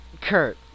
Kurt